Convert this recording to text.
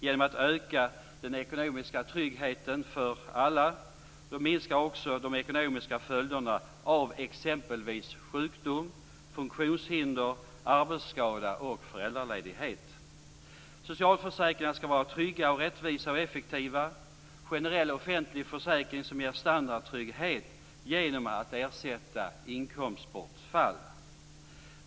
Genom att den ekonomiska tryggheten för alla ökar, minskar också de ekonomiska följderna av exempelvis sjukdom, funktionshinder, arbetsskada och föräldraledighet. Socialförsäkringarna skall vara trygga, rättvisa och effektiva. Det skall vara generella offentliga försäkringar som ger standardtrygghet genom att ersätta inkomstbortfall.